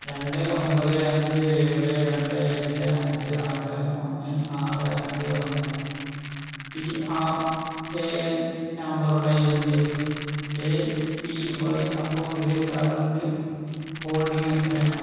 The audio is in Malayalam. രണ്ട് ഒമ്പത് അഞ്ച് ഏഴ് രണ്ട് എട്ട് അഞ്ച് ആറ് ഒന്ന് ആറ് അഞ്ച് ഒന്ന് പി ആർ എ എൻ നമ്പറുള്ള എൻ്റെ എ പി വൈ അക്കൗണ്ടിലെ കറൻറ്റ് ഹോൾഡിംഗ് എത്രയാണ്